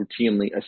routinely